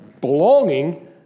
belonging